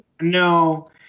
No